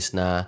na